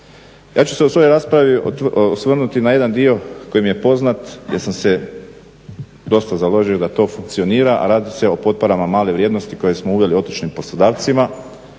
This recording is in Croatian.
Ja ću se u svojoj raspravi osvrnuti na jedan dio koji mi je poznat gdje sam se dosta založio da to funkcionira, a radi se o potporama male vrijednosti koje smo uveli otočnim poslodavcima